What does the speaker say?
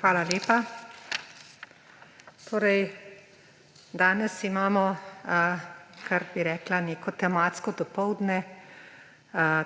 Hvala lepa. Danes imamo, bi rekla, kar neko tematsko dopoldne